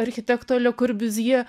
architekto lio kurbizjė